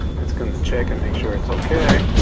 it's going to check and make sure it's okay.